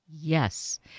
Yes